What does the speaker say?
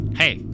hey